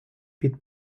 під